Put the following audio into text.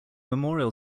memorial